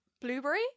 blueberry